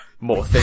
more